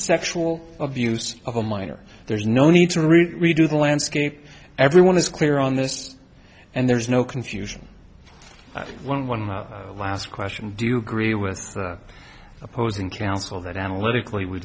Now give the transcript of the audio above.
sexual abuse of a minor there's no need to read we do the landscape everyone is clear on this and there's no confusion when one last question do you agree with the opposing counsel that analytical